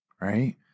right